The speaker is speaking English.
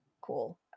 Cool